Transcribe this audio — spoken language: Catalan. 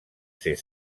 ser